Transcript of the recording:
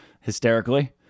hysterically